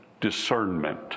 discernment